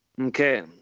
Okay